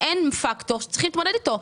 שהן פקטור שצריך להתמודד אתו,